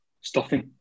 Stuffing